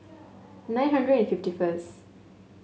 nine hundred and fifty first